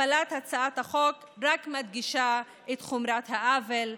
הפלת הצעת החוק רק מדגישה את חומרת העוול,